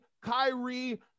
Kyrie